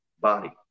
Body